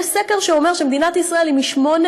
יש סקר שאומר שמדינת ישראל היא משמונה